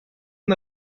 han